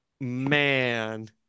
Man